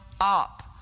up